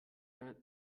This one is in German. der